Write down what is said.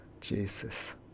Jesus